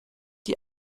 die